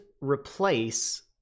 replace